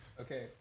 Okay